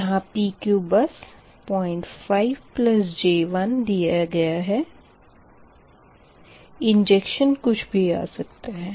यहाँ PQ बस 05 j1 दिया गया है इंजेक्शन कुछ भी आ सकता है